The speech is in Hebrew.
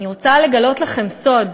אני רוצה לגלות לכם סוד: